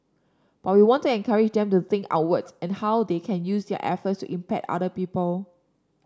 but we want to encourage them to think outwards and how they can use their efforts to impact other people